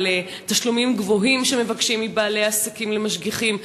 על תשלומים גבוהים שמבקשים מבעלי עסקים למשגיחים,